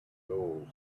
gold